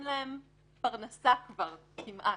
אין להם פרנסה כבר כמעט,